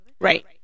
Right